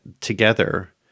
together